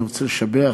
אני רוצה לשבח